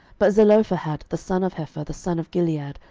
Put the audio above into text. but zelophehad, the son of hepher, the son of gilead,